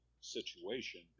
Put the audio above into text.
situation